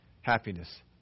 happiness